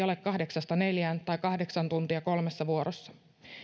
ole kahdeksasta neljään tai kahdeksan tuntia kolmessa vuorossa